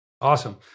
Awesome